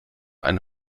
einen